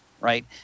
right